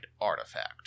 artifact